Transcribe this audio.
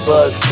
Buzz